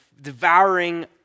devouring